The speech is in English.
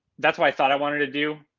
that's what i thought i wanted to do